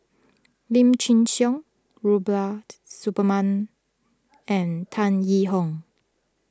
Lim Chin Siong Rubiaht Suparman and Tan Yee Hong